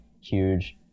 huge